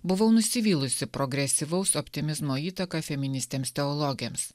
buvau nusivylusi progresyvaus optimizmo įtaka feministėms teologėms